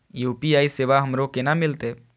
UPI सेवा हमरो केना मिलते?